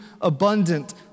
abundant